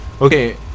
okay